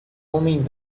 homem